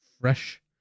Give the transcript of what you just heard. fresh